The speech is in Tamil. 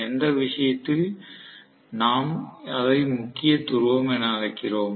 எந்த விஷயத்தில் நாம் அதை முக்கிய துருவம் என அழைக்கிறோம்